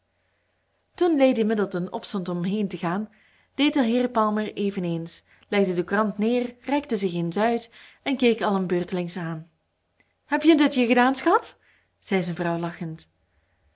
toen lady middleton opstond om heen te gaan deed de heer palmer eveneens legde de courant neer rekte zich eens uit en keek allen beurtelings aan heb je een dutje gedaan schat zei zijn vrouw lachend